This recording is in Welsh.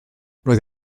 roedd